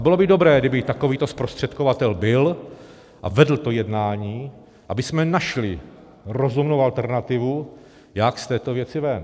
Bylo by dobré, kdyby i takovýto zprostředkovatel byl a vedl to jednání, abychom našli rozumnou alternativu, jak z této věci ven.